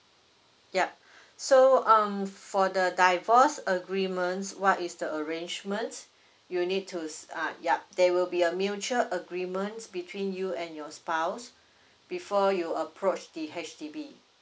yup so um for the divorce agreements what is the arrangements you need to ah yup there will be a mutual agreements between you and your spouse before you approach the H_D_B